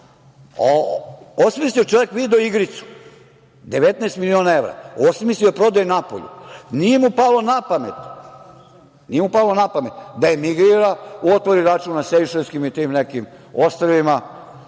osmislio čovek video-igricu, 19 miliona evra, osmislio prodaju napolju. Nije mu palo na pamet da emigrira, otvori račun na Sejšelskim ili tim nekim ostrvima,